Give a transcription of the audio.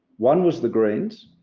one was the greens,